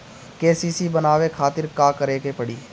KCC बनवावे खातिर का करे के पड़ी?